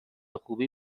خوبی